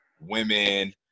women